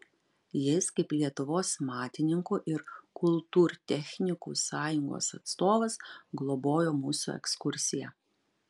jis kaip lietuvos matininkų ir kultūrtechnikų sąjungos atstovas globojo mūsų ekskursiją